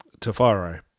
Tafaro